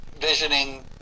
visioning